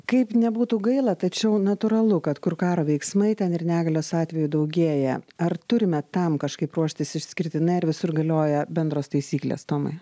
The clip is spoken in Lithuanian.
kaip nebūtų gaila tačiau natūralu kad kur karo veiksmai ten ir negalios atvejų daugėja ar turime tam kažkaip ruoštis išskirtinai ar visur galioja bendros taisyklės tomai